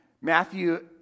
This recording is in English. Matthew